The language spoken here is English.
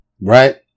Right